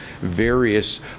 various